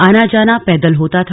आना जाना पैदल होता था